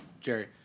Jerry